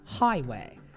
Highway